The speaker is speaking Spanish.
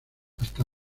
hasta